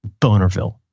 Bonerville